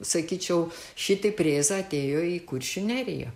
sakyčiau šitaip rėza atėjo į kuršių neriją